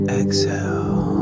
exhale